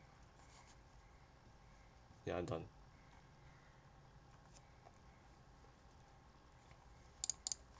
ya I'm done